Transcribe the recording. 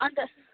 अन्त